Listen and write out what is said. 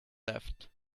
left